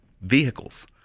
vehicles